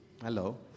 Hello